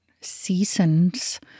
seasons